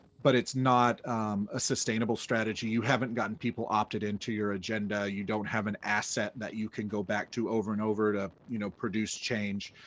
but it's not a sustainable strategy, you haven't gotten people opted in to your agenda, you don't have an asset that you can go back to over and over to you know produce change.